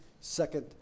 Second